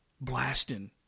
blasting